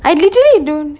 I literally don't